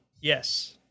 yes